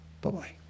Bye-bye